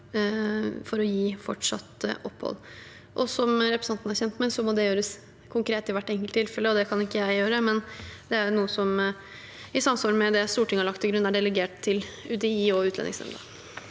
for å gi fortsatt opphold. Som representanten er kjent med, må det gjøres konkret i hvert enkelt tilfelle, og det kan ikke jeg gjøre. Det er noe som – i samsvar med det Stortinget har lagt til grunn – er delegert til UDI og Utlendingsnemnda.